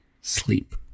Sleep